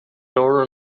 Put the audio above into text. door